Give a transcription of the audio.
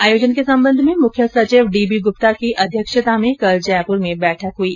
आयोजन के संबंध में मुख्य सचिव डीबी गुप्ता की अध्यक्षता में कल जयपुर में बैठक हुई